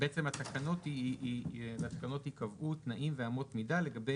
ובעצם בתקנות ייקבעו תנאים ואמות מידה לגבי